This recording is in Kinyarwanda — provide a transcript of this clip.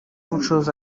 bushobozi